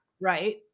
Right